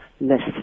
list